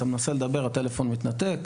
אתה מנסה לדבר, הטלפון מתנתק.